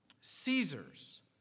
Caesar's